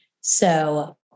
So-